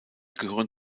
gehören